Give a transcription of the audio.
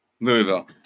Louisville